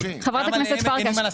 חברת הכנסת פרקש,